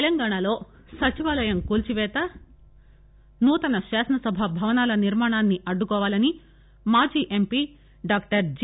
తెలంగాణాలో సచివాలయం కూల్సిపేత నూతన శాసనసభ భవనాల నిర్మాణాన్ని అడ్డుకోవాలని మాజీ ఎంపి డాక్టర్ జి